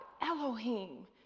Elohim